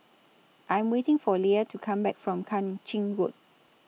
I Am waiting For Leah to Come Back from Kang Ching Road